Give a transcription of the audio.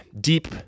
deep